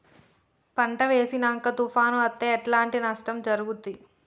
పంట వేసినంక తుఫాను అత్తే ఎట్లాంటి నష్టం జరుగుద్ది?